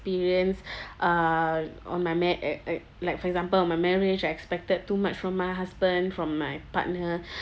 experience err on my ma~ uh uh like for example on my marriage I expected too much from my husband from my partner